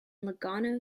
lugano